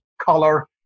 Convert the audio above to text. color